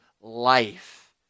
life